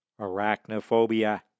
arachnophobia